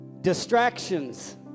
Distractions